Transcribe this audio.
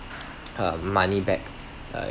um money back uh